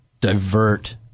divert